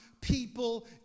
people